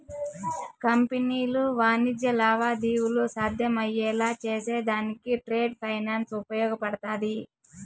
కంపెనీలు వాణిజ్య లావాదేవీలు సాధ్యమయ్యేలా చేసేదానికి ట్రేడ్ ఫైనాన్స్ ఉపయోగపడతాది